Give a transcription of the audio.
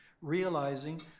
realizing